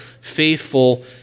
faithful